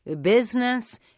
business